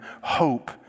hope